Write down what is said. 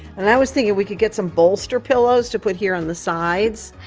and i was thinkin' we could get some bolster pillows to put here on the sides.